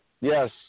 Yes